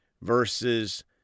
verses